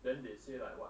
then they say like what